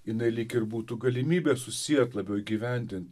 jinai lyg ir būtų galimybė susiet labiau įgyvendint